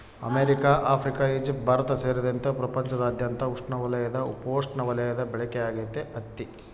America Africa Egypt Bharat ಸೇರಿದಂತೆ ಪ್ರಪಂಚದಾದ್ಯಂತ ಉಷ್ಣವಲಯದ ಉಪೋಷ್ಣವಲಯದ ಬೆಳೆಯಾಗೈತಿ ಹತ್ತಿ